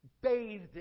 bathed